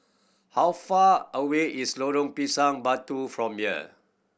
how far away is Lorong Pisang Batu from here